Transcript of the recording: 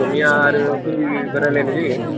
अखमिया आरो हिन्दीनिबो रायलायनाय जायो